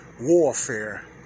warfare